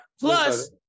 Plus